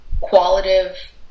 qualitative